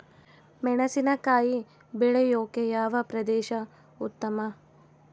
ಮೆಣಸಿನಕಾಯಿ ಬೆಳೆಯೊಕೆ ಯಾವ ಪ್ರದೇಶ ಉತ್ತಮ?